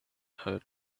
heard